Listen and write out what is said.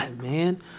man